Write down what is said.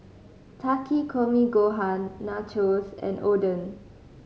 Takikomi Gohan Nachos and Oden